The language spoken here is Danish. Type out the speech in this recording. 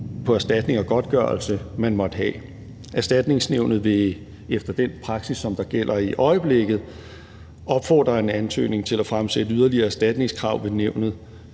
på erstatning og godtgørelse, man måtte have. Erstatningsnævnet vil efter den praksis, som gælder i øjeblikket, opfordre en ansøger til at fremsætte yderligere erstatningskrav ved nævnet,